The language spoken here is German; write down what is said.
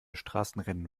straßenrennen